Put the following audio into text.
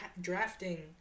drafting